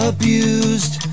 Abused